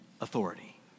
authority